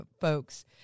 folks